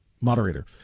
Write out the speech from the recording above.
moderator